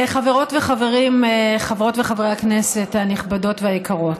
חברות וחברים, חברות וחברי הכנסת הנכבדות והיקרות,